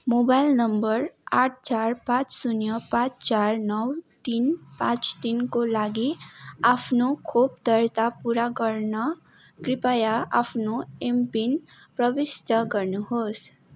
mobile number आठ चार पाँच शून्य पाँच चार नौ तिन पाँच तिनको लागि आफ्नो खोप दर्ता पुरा गर्न कृपया आफ्नो एमपिन प्रविष्ट गर्नुहोस्